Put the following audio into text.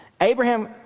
Abraham